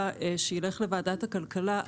על שולחן הוועדה הונחו הסתייגויות של מספר